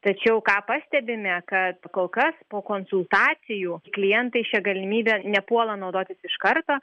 tačiau ką pastebime kad kol kas po konsultacijų klientai šia galimybe nepuola naudotis iš karto